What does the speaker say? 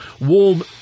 warm